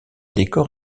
décors